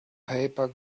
paper